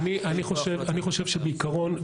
אני חושב שבעיקרון,